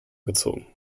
gezogen